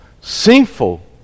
sinful